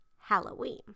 Halloween